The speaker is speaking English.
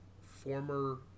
former